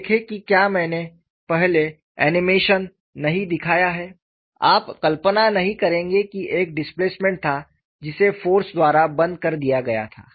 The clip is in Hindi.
देखें कि क्या मैंने पहले एनीमेशन नहीं दिखाया है आप कल्पना नहीं करेंगे कि एक डिस्प्लेसमेंट था जिसे फ़ोर्स द्वारा बंद कर दिया गया था